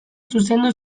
zuzendu